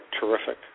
terrific